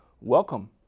welcome